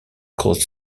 caused